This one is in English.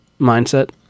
mindset